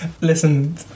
Listen